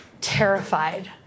terrified